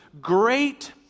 great